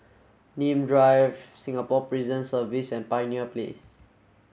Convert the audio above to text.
Nim Drive Singapore Prison Service and Pioneer Place